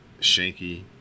Shanky